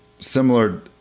similar